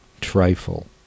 trifle